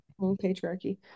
Patriarchy